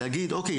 להגיד "אוקיי,